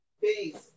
Peace